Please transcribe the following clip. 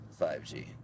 5G